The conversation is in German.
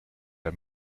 der